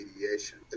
mediation